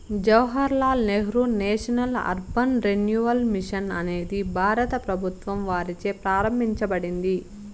Jawahar Lal Nehru national urban renewal mission అనేది భారత ప్రభుత్వం వారిచే ప్రారంభించబడింది